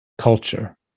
Culture